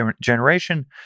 generation